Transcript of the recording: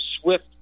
SWIFT